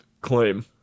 claim